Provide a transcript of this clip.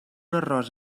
arròs